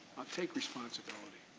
take responsibility.